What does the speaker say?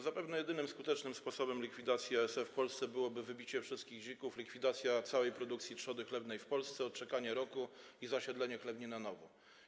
Zapewne jedynym skutecznym sposobem likwidacji ASF w Polsce byłoby wybicie wszystkich dzików, likwidacja całej produkcji trzody chlewnej w Polsce, odczekanie roku i zasiedlenie chlewni na nowo.